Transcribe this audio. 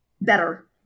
better